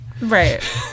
Right